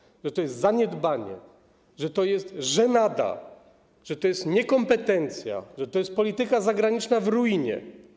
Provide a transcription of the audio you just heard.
Powiedział, że to jest zaniedbanie, że to jest żenada, że to jest niekompetencja, że to jest polityka zagraniczna w ruinie.